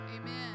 Amen